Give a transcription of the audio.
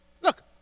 Look